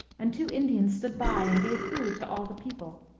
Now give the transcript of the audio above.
and two indians stood by and gave food to all the people.